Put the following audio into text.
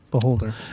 Beholder